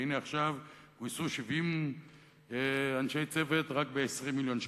והנה עכשיו גויסו 70 אנשי צוות רק ב-20 מיליון שקלים.